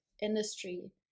industry